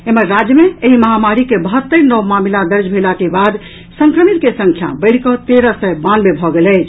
एम्हर राज्य मे एहि महामारी के बहत्तरि नव मामिला दर्ज भेला के बाद संक्रमित के संख्या बढ़ि कऽ तेरह सय बानवे भऽ गेल अछि